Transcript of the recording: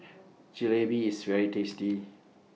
Jalebi IS very tasty